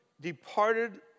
departed